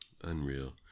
unreal